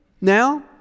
Now